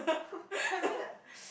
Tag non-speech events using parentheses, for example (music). (noise) I mean like